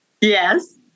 Yes